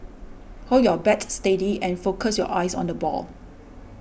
hold your bat steady and focus your eyes on the ball